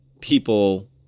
people